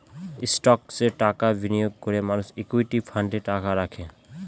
স্টকসে টাকা বিনিয়োগ করে মানুষ ইকুইটি ফান্ডে টাকা রাখে